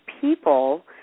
people